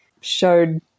showed